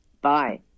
Bye